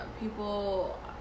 people